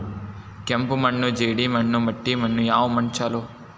ಕೆಂಪು ಮಣ್ಣು, ಜೇಡಿ ಮಣ್ಣು, ಮಟ್ಟಿ ಮಣ್ಣ ಯಾವ ಮಣ್ಣ ಛಲೋ?